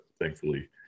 thankfully